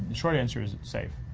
and short answer is it's safe.